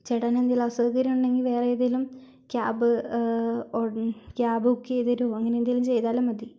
ചേട്ടനെന്തെങ്കിലും അസൗകര്യം ഉണ്ടെങ്കിൽ വേറേതേലും ക്യാബ് ക്യാബ് ബുക്കെയ്തു തരുമോ അങ്ങനെ എന്തേലും ചെയ്താലും മതി